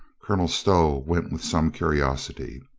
colonel stow went with some curiosity.